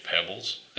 Pebbles